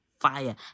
fire